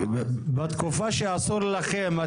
בתקופה שאסור לכם,